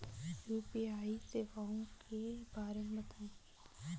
UPI सेवाओं के बारे में बताएँ?